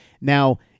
Now